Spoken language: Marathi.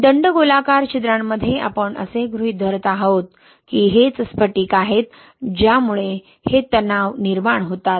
दंडगोलाकार छिद्रांमध्ये आपण असे गृहीत धरत आहोत की हेच स्फटिक आहेत ज्यामुळे हे तणाव निर्माण होतात